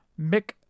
Mick